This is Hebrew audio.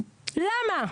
למה?